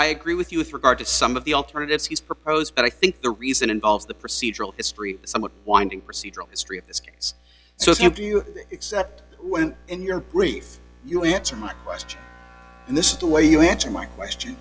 i agree with you with regard to some of the alternatives he's proposed but i think the reason involves the procedural history somewhat winding procedural history of this case so thank you except when in your grief you answer my question and this is the way you answer my